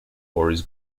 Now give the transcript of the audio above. boris